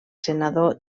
senador